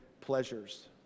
pleasures